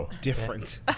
different